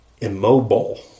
immobile